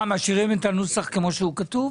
משאירים את הנוסח כמו שהו כתוב?